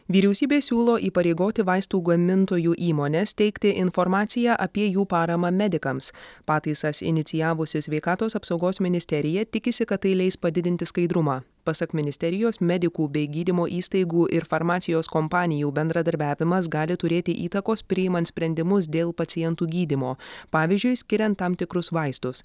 vyriausybė siūlo įpareigoti vaistų gamintojų įmones teikti informaciją apie jų paramą medikams pataisas inicijavusi sveikatos apsaugos ministerija tikisi kad tai leis padidinti skaidrumą pasak ministerijos medikų bei gydymo įstaigų ir farmacijos kompanijų bendradarbiavimas gali turėti įtakos priimant sprendimus dėl pacientų gydymo pavyzdžiui skiriant tam tikrus vaistus